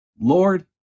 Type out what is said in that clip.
Lord